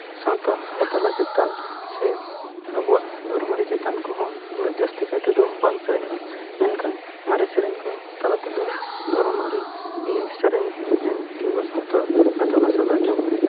ᱥᱟᱶᱛᱟ ᱛᱟᱞᱟ ᱪᱮᱛᱟᱱ ᱥᱮ ᱟᱵᱚᱣᱟᱜ ᱫᱷᱚᱨᱚᱢ ᱟᱹᱨᱤ ᱪᱮᱛᱟᱱ ᱠᱚᱦᱚᱸ ᱩᱱᱟᱹᱜ ᱡᱟᱹᱥᱛᱤ ᱠᱟᱭ ᱛᱮᱫᱚ ᱵᱟᱝ ᱥᱮᱨᱮᱧᱚᱜᱼᱟ ᱢᱮᱱᱠᱷᱟᱱ ᱢᱟᱨᱮ ᱥᱮᱨᱮᱧ ᱠᱚ ᱛᱟᱞᱟ ᱛᱮᱫᱚ ᱫᱷᱚᱨᱚᱢ ᱟᱹᱨᱤ ᱥᱮᱨᱮᱧ ᱢᱮᱱ ᱠᱤᱢᱵᱟ ᱥᱟᱶᱛᱟ ᱟᱸᱡᱚᱢ